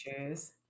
choose